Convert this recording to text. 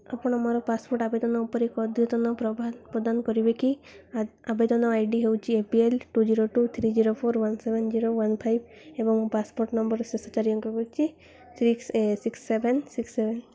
ଆପଣ ମୋର ପାସପୋର୍ଟ୍ ଆବେଦନ ଉପରେ ଏକ ଅଦ୍ୟତନ ପ୍ରଦାନ କରିପାରିବେ କି ଆ ଆବେଦନ ଆଇ ଡ଼ି ହେଉଛି A P L two zero two three zero four one seven zero one five ଏବଂ ମୋ ପାସପୋର୍ଟ୍ ନମ୍ବର୍ର ଶେଷ ଚାରି ଅଙ୍କ ହେଉଛି six A six seven six seven